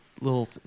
Little